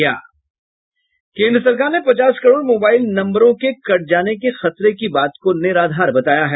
केन्द्र सरकार ने पचास करोड़ मोबाइल नम्बरों के कट जाने के खतरे की बात को निराधार बताया है